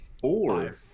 four